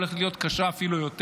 הולכת להיות קשה אפילו יותר.